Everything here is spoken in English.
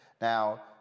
Now